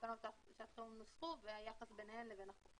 תקנות לשעת חירום נוסחו והיחס ביניהם לבין הקורונה.